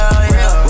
Real